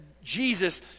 Jesus